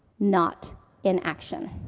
not in action.